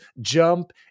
jump